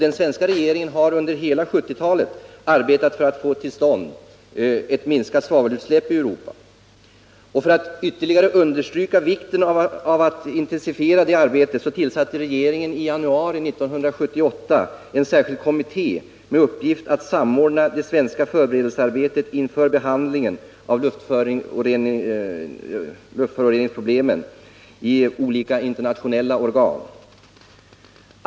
Den svenska regeringen har under hela 1970-talet arbetat för att få till stånd ett minskat svavelutsläpp i Europa. För att ytterligare understryka vikten av att intensifiera arbetet, tillsatte regeringen i januari 1978 en särskild kommitté, med uppgift att samordna det svenska förberedelsearbetet inför behandlingen av luftföroreningsproblemen i olika internationella organ.